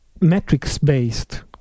metrics-based